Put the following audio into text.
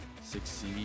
succeed